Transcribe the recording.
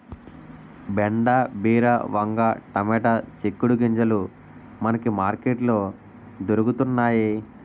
బెండ బీర వంగ టమాటా సిక్కుడు గింజలు మనకి మార్కెట్ లో దొరకతన్నేయి